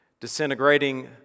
disintegrating